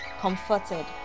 comforted